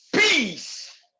peace